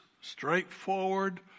straightforward